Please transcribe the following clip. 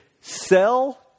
sell